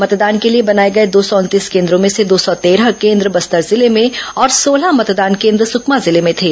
मतदान के लिए बनाए गए दो सौ उनतीस केन्द्रों में से दो सौ तेरह केन्द्र बस्तर जिले में और सोलह मतदान केन्द्र सुकमा जिले में थे